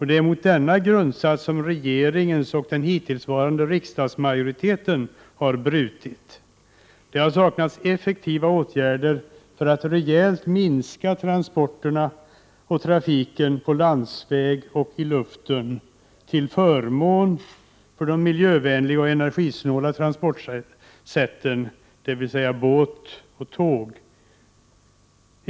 Det är mot denna grundsats som regeringen och den hittillsvarande riksdagsmajoriteten har brutit. Det har saknats effektiva åtgärder för att rejält minska transporterna och trafiken på landsväg och i luften till förmån för de miljövänliga och energisnåla transportsätten båt och tåg.